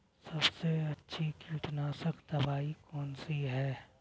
सबसे अच्छी कीटनाशक दवाई कौन सी है?